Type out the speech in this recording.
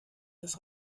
des